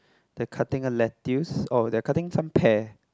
they're cutting a lettuce oh they're cutting some pear